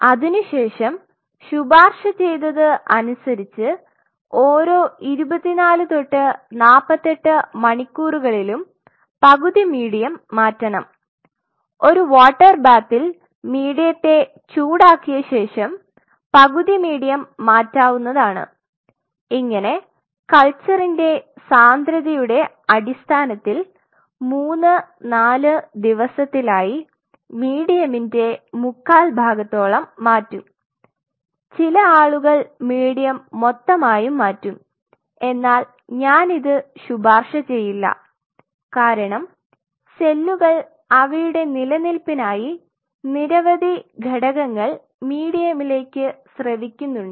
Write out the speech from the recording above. അതിനുശേഷം ശുപാർശ ചെയ്തത് അനുസരിച്ച് ഓരോ 24 തൊട്ട് 48 മണിക്കൂറുകളിലും പകുതി മീഡിയം മാറ്റണം ഒരു വാട്ടർ ബാത്തിൽ മീഡിയത്തെ ചുടാക്കിയശേഷം പകുതി മീഡിയം മാറ്റാവുന്നതാണ് ഇങ്ങനെ കൾച്ചറിൻറെ സാന്ദ്രതയുടെയുടെ അടിസ്ഥാനത്തിൽ 34 ദിവസത്തിലായി മീഡിയമിൻറെ മുക്കാൽ ഭാഗത്തോളം മാറ്റും ചില ആളുകൾ മീഡിയം മൊത്തമായും മാറ്റും എന്നാൽ ഞാൻ ഇത് ശുപാർശ ചെയ്യില്ല കാരണം സെല്ലുകൾ അവയുടെ നിലനിൽപ്പിനായി നിരവധി ഘടകങ്ങൾ മീഡിയമിലേക്ക് സ്രവിക്കുന്നുണ്ട്